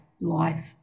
life